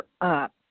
up